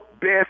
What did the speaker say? best